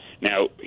Now